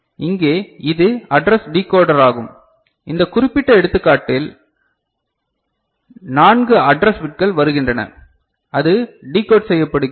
இங்கே இது அட்ரஸ் டிகோடராகும் இந்த குறிப்பிட்ட எடுத்துக்காட்டில் 4 அட்ரஸ் பிட்கள் வருகின்றன அது டிகோட் செய்யப்படுகிறது